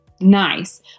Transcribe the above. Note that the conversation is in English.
nice